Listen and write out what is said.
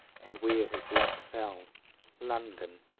and where his lot fell london,